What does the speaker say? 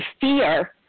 fear